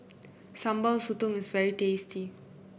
Sambal Sotong is very tasty